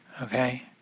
okay